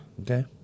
Okay